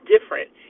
different